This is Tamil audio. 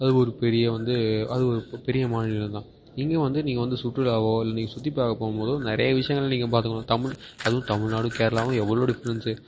அது ஒரு பெரிய வந்து அது ஒரு பெரிய மாநிலம் தான் இங்கே வந்து நீங்கள் வந்து சுற்றுலாவோ இல்லை நீங்கள் சுற்றி பார்க்க போகும் போதோ நிறைய விஷயங்கள் நீங்கள் பார்த்துக்கலாம் தமிழ் அதுவும் தமிழ்நாடும் கேரளாவும் எவ்வளோ டிஃப்ரென்ஸு